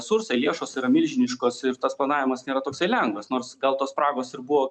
resursai lėšos yra milžiniškos ir tas planavimas nėra toksai lengvas nors gal tos spragos ir buvo